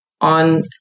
on